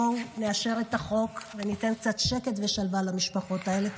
בואו נאשר את החוק וניתן קצת שקט ושלווה למשפחות האלה.